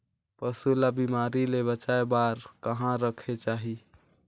पशु ला बिमारी ले बचाय बार कहा रखे चाही?